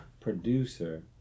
producer